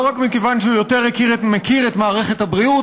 לא רק מכיוון שהוא יותר מכיר את מערכת הבריאות,